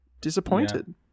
disappointed